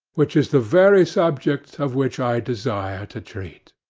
which is the very subject of which i desire to treat.